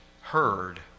heard